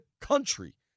country